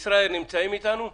ישראייר נמצאים אתנו?